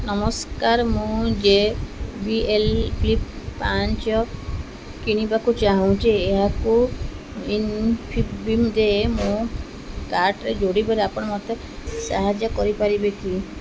ନମସ୍କାର ମୁଁ J B L flip ପାଞ୍ଚ କିଣିବାକୁ ଚାହୁଁଛି ଏହାକୁ ଇନ୍ଫିବିମ୍ରେ ମୋ କାର୍ଟରେ ଯୋଡ଼ିବାରେ ଆପଣ ମୋତେ ସାହାଯ୍ୟ କରିପାରିବେ କି